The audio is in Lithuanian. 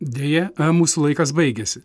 deja a mūsų laikas baigėsi